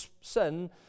sin